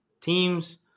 teams